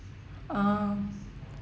uh